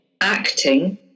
Acting